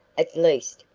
at least,